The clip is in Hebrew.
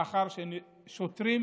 לאחר ששוטרים